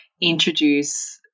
introduce